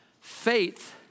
faith